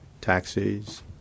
taxis